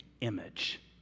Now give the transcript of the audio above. image